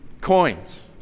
Coins